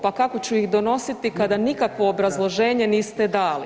Pa kako ću ih donositi kada nikakvo obrazloženje niste dali.